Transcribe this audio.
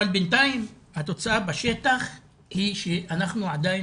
אבל בינתיים התוצאה בשטח היא שאנחנו עדיין